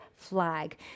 flag